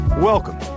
Welcome